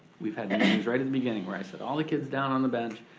we've had meetings right in the beginning where i sit all the kids down on the bench,